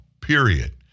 period